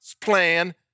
plan